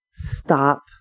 stop